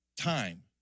time